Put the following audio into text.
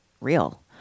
real